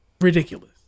ridiculous